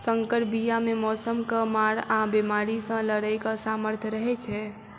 सँकर बीया मे मौसमक मार आ बेमारी सँ लड़ैक सामर्थ रहै छै